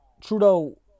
Trudeau